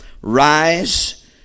Rise